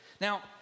Now